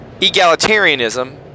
egalitarianism